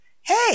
hey